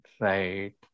Right